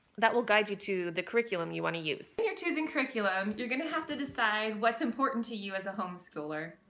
that will guide you to the curriculum you want to use. when you're choosing curriculum you're gonna have to decide what's important to you as a home schooler.